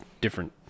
different